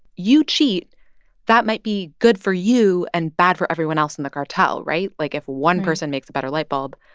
you cheat that might be good for you and bad for everyone else in the cartel, right? like, if. right. one person makes a better light bulb,